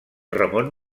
ramon